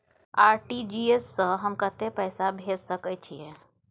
RTG S स हम कत्ते पैसा भेज सकै छीयै?